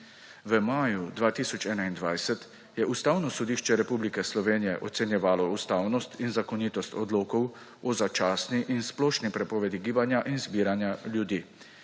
V maju 2021 je Ustavno sodišče Republike Slovenije ocenjevalo ustavnost in zakonitost odlokov o začasni in splošni prepovedi gibanja in zbiranja ljudi.